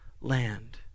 land